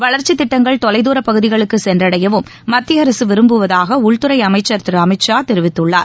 வளர்ச்சிதிட்டங்கள் தொலைதூர பகுதிகளுக்குசென்றடையவும் மத்திய அரசுவிரும்புவதாகஉள்துறைஅமைச்சர் திருஅமித் ஷா தெரிவித்துள்ளார்